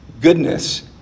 Goodness